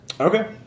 Okay